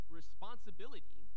responsibility